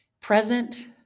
present